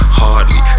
hardly